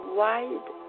wide